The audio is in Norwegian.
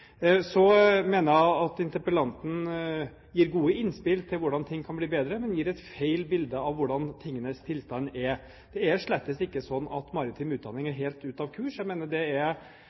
Så mener jeg at interpellanten gir gode innspill til hvordan ting kan bli bedre, men at han gir et feil bilde av hvordan tingenes tilstand er. Maritim utdanning er slett ikke helt ute av kurs. Jeg mener at det